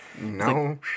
No